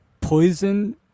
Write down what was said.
poison